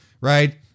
right